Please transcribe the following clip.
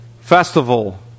festival